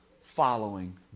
following